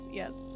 yes